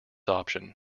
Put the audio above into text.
option